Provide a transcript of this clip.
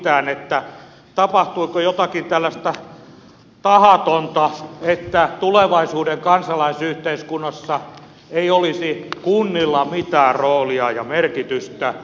tapahtuiko jotakin tällaista tahatonta että tulevaisuuden kansalaisyhteiskunnassa ei olisi kunnilla mitään roolia ja merkitystä